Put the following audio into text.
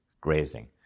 grazing